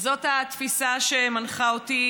וזאת התפיסה שמנחה אותי,